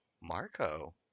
Marco